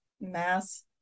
mass